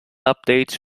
updates